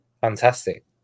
fantastic